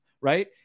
Right